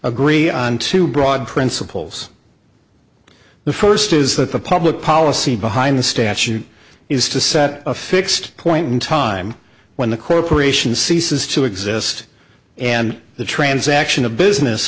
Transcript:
agree on two broad principles the first is that the public policy behind the statute is to set a fixed point in time when the corporation ceases to exist and the transaction of business